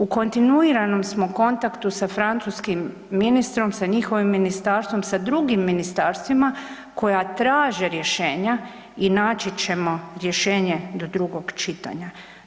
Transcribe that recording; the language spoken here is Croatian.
U kontinuiranom smo kontaktu sa francuskim ministrom, sa njihovim ministarstvom, sa drugim ministarstvima koja traže rješenja i naći ćemo rješenje do drugog čitanja.